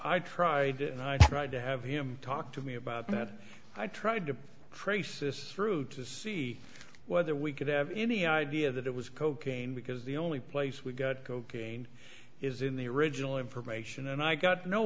i tried it and i tried to have him talk to me about that i tried to trace this through to see whether we could have any idea that it was cocaine because the only place we got cocaine is in the original information and i got no